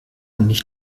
nicht